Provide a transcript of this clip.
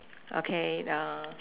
okay then